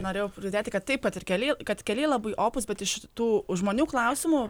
norėjau pridėti kad taip pat ir keliai kad keliai labai opūs bet iš tų žmonių klausimų